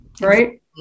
right